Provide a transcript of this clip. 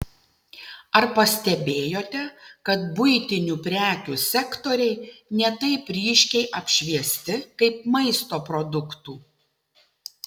ar pastebėjote kad buitinių prekių sektoriai ne taip ryškiai apšviesti kaip maisto produktų